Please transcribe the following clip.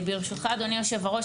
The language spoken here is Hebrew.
ברשותך אדוני היושב ראש,